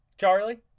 Charlie